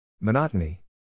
Monotony